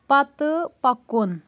پتہٕ پکُن